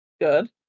good